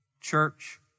church